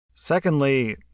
Secondly